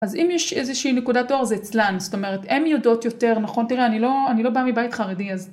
אז אם יש איזושהי נקודת דואר זה אצלנו זאת אומרת הם יודעות יותר נכון תראה אני לא אני לא באה מבית חרדי אז